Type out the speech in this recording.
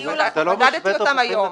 מדדתי אותם היום.